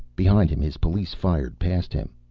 behind him his police fired past him,